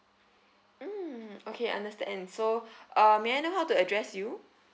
mm okay understand so uh may I know how to address you